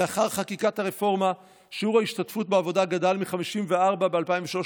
לאחר חקיקת הרפורמה שיעור ההשתתפות בעבודה גדל מ-54% ב-2003,